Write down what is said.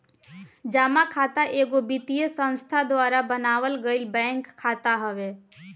जमा खाता एगो वित्तीय संस्था द्वारा बनावल गईल बैंक खाता हवे